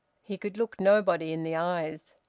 he could look nobody in the eyes.